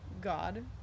God